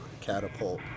catapult